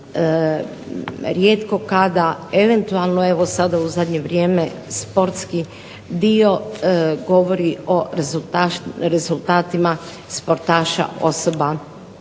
rijetko kada, eventualno evo sada u zadnje vrijeme sportski dio govori o rezultatima sportaša osoba